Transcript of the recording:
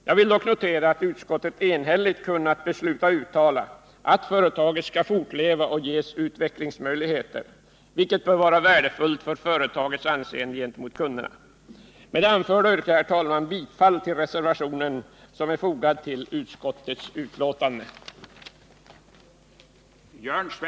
Jag vill dock notera att utskottet enhälligt kunnat besluta uttala att företaget skall fortleva och ges utvecklingsmöjligheter, vilket bör vara värdefullt för företagets anseende gentemot kunderna. Med det anförda yrkar jag, herr talman, bifall till den reservation som finns fogad till utskottets betänkande.